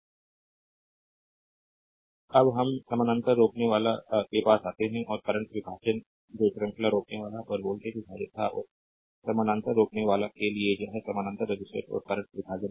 slide time देखें 2508 अब हम समानांतर रोकनेवाला के पास आते हैं और करंट विभाजन जो श्रृंखला रोकनेवाला और वोल्टेज विभाजन था और समानांतर रोकनेवाला के लिए यह समानांतर रेसिस्टर्स और करंट विभाजन होगा